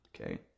okay